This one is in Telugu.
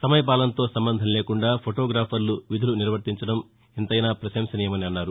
సమయపాలనతో సంబంధం లేకుండా ఫోటోగ్రాఫర్లు విధులు నిర్వర్తించడం ఎంతైనా పశంసనీయమని అన్నారు